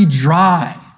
dry